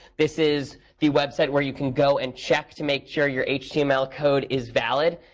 this is the website where you can go and check to make sure your html code is valid.